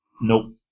Nope